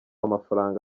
amafaranga